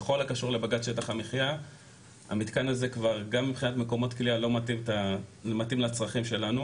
שטח במדינה שלא חולשת עליו תחנת משטרה.